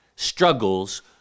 struggles